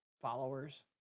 followers